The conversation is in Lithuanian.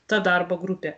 ta darbo grupė